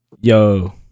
Yo